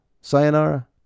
Sayonara